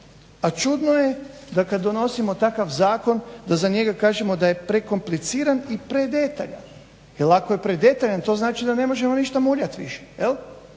a čudno je da kad donosimo takav zakon da za njega kažemo da je prekompliciran i predetaljan jer ako je predetaljan to znači da ne možemo ništa muljati više.